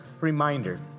reminder